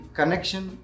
connection